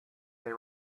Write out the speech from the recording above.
they